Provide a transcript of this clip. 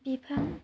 बिफां